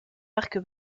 arc